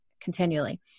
continually